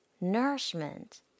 nourishment